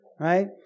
right